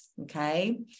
okay